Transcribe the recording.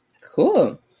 Cool